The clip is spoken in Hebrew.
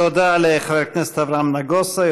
תודה לחבר הכנסת אברהם נגוסה,